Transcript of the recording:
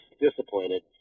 disappointed